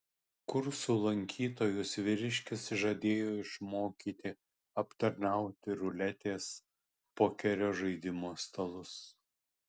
kursų lankytojus vyriškis žadėjo išmokyti aptarnauti ruletės pokerio žaidimo stalus